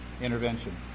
Intervention